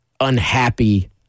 unhappy